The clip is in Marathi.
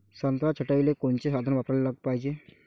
संत्रा छटाईले कोनचे साधन वापराले पाहिजे?